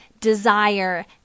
Desire